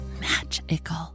magical